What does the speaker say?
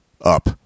up